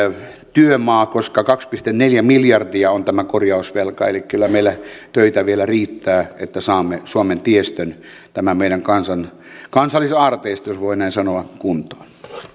työmaa koska kaksi pilkku neljä miljardia on tämä korjausvelka eli kyllä meillä töitä vielä riittää että saamme suomen tiestön tämän meidän kansallisaarteiston jos voi näin sanoa kuntoon